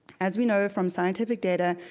as we know from scientific data,